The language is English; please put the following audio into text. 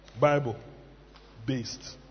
Bible-based